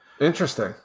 Interesting